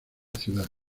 ciudad